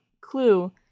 clue